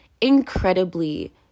incredibly